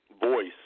voice